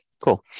Cool